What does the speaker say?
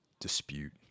dispute